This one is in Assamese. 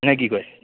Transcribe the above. নে কি কয়